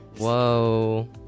Whoa